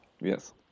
Yes